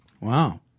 Wow